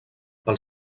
pel